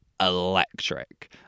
electric